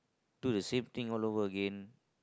do the same thing all over again